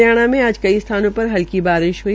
हरियाणा में आज कई स्थानो पर हल्की बारिश ह्ई